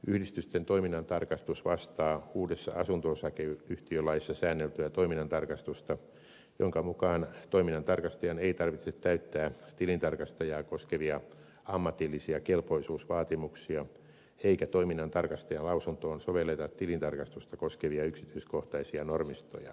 yhdistysten toiminnantarkastus vastaa uudessa asunto osakeyhtiölaissa säänneltyä toiminnantarkastusta jonka mukaan toiminnantarkastajan ei tarvitse täyttää tilintarkastajaa koskevia ammatillisia kelpoisuusvaatimuksia eikä toiminnantarkastajan lausuntoon sovelleta tilintarkastusta koskevia yksityiskohtaisia normistoja